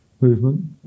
movement